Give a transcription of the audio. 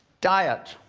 diet.